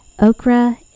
okra